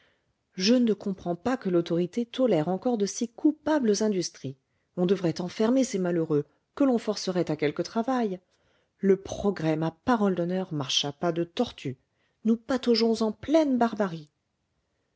je ne comprends pas que l'autorité tolère encore de si coupables industries on devrait enfermer ces malheureux que l'on forcerait à quelque travail le progrès ma parole d'honneur marche à pas de tortue nous pataugeons en pleine barbarie